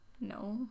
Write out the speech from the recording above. No